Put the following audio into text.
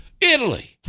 Italy